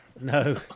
No